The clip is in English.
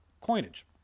coinage